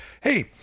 Hey